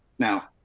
now.